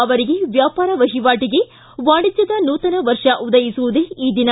ಅವರಿಗೆ ವ್ಯಾಪಾರ ವಹಿವಾಟಿನ ವಾಣಿಜ್ಯದ ನೂತನ ವರ್ಷ ಉದಯಿಸುವುದೇ ಈ ದಿನ